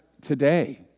today